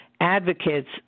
Advocates